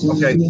Okay